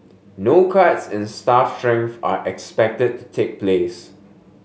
no cuts in staff strength are expected to take place